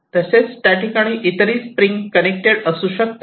तसेच त्या ठिकाणी इतरही स्प्रिंग कनेक्टेड असू शकतात